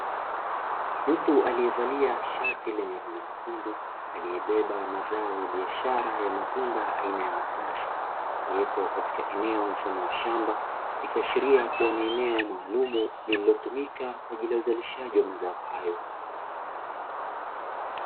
Mtu aliyevalia shati lenye rangi nyekundu, aliyebeba mazao ya biashara ya matunda aina ya mananasi, aliyepo katika eneo mfano wa shamba, ikiashiria kuwa ni eneo maalumu lililotumika kwa ajili ya uzalishaji wa mazao hayo.